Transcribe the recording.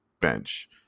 bench